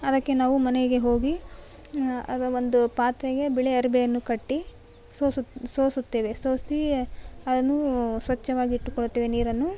ಅದಕ್ಕೆ ನಾವು ಮನೆಗೆ ಹೋಗಿ ಆಗ ಒಂದು ಪಾತ್ರೆಗೆ ಬಿಳಿ ಅರ್ವೆಯನ್ನು ಕಟ್ಟಿ ಸೋಸುತ್ತೇವೆ ಸೋಸಿ ಅದನ್ನು ಸ್ವಚ್ಛವಾಗಿಟ್ಟುಕೊಳ್ಳುತ್ತೇವೆ ನೀರನ್ನು